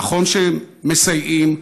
נכון שמסייעים,